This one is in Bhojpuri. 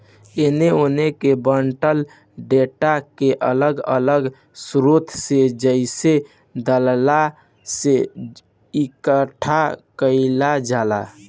एने ओने के बॉटल डेटा के अलग अलग स्रोत से जइसे दलाल से इकठ्ठा कईल जाला